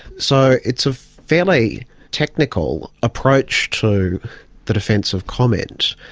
so it's a fairly technical approach to the defence of comment,